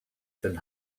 than